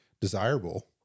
desirable